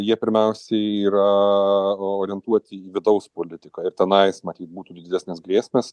jie pirmiausiai yra orientuoti į vidaus politiką ir tenai jis matyt būtų didesnes grėsmes